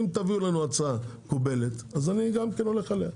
אם תביאו לנו הצעה מקובלת, גם אני אקבל אותה.